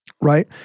right